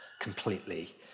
completely